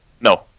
No